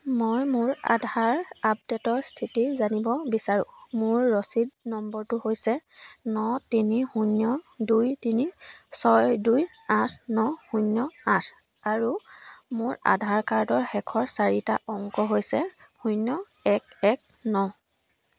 মই মোৰ আধাৰ আপডেটৰ স্থিতি জানিব বিচাৰোঁ মোৰ ৰচিদ নম্বৰটো হৈছে ন তিনি শূন্য দুই তিনি ছয় দুই আঠ ন শূন্য আঠ আৰু মোৰ আধাৰ কাৰ্ডৰ শেষৰ চাৰিটা অংক হৈছে শূন্য এক এক ন